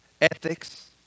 ethics